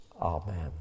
Amen